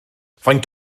faint